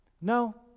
No